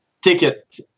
ticket